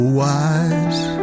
wise